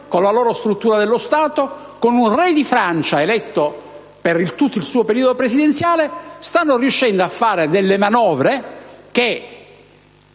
la loro struttura dello Stato, con un «re» di Francia eletto per tutto il periodo presidenziale, stanno riuscendo a varare delle manovre